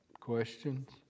Questions